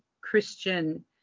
Christian